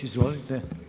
Izvolite.